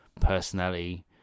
personality